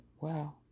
Wow